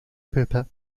pupa